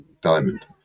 diamond